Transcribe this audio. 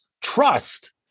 trust